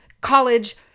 college